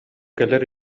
кэлэр